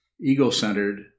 ego-centered